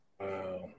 Wow